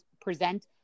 present